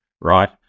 Right